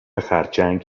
خرچنگ